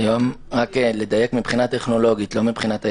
רק לדייק מבחינה טכנולוגית, לא מבחינת היזמים.